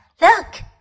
Look